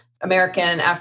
American